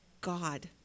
God